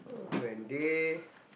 when they